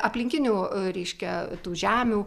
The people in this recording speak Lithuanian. aplinkinių reiškia tų žemių